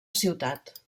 ciutat